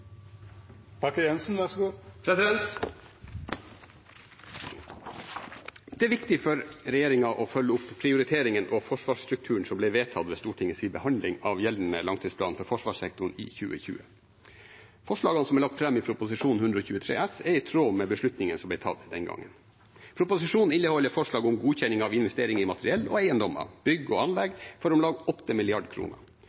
viktig for regjeringen å følge opp prioriteringene av forsvarsstrukturen, som ble vedtatt ved Stortingets behandling av gjeldende langtidsplan for forsvarssektoren i 2020. Forslagene som er lagt fram i Prop. 123 S for 2020–2021, er i tråd med beslutningene som ble tatt den gangen. Proposisjonen inneholder forslag om godkjenning av investeringer i materiell og eiendommer, bygg og